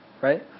Right